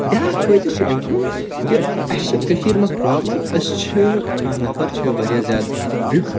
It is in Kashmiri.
بیٛاکھ فٲیدٕ چھُ أمۍ سُنٛد کہِ اسہِ چھِ کٔشیٖر مَنٛز پرٛابلم أسۍ چھُ کانٛہہ نَفَر چھُ واریاہ زیادٕ ویٛوٹھ